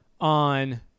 on